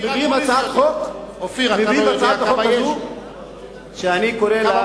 היום מביאים את הצעת החוק הזאת שאני קורא לה,